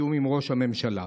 בתיאום עם ראש הממשלה.